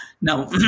Now